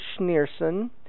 Schneerson